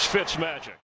Fitzmagic